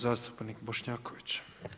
zastupnik Bošnjaković.